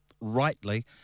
rightly